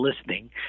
listening